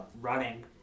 running